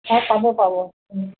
অঁ পাব পাব